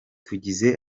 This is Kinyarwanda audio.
tugize